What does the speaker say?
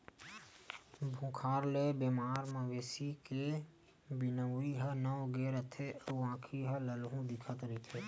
बुखार ले बेमार मवेशी के बिनउरी ह नव गे रहिथे अउ आँखी ह ललहूँ दिखत रहिथे